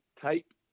type